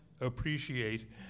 appreciate